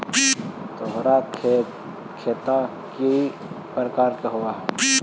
तोहार खता किस प्रकार के हवअ